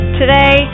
Today